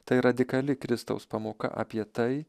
tai radikali kristaus pamoka apie tai